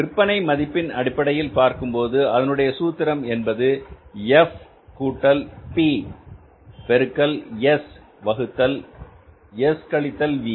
விற்பனை மதிப்பின் அடிப்படையில் பார்க்கும்போது அதனுடைய சூத்திரம் என்பது எஃப் கூட்டல் பி பெருக்கல் எஸ் வகுத்தல் எஸ் கழித்தல் வி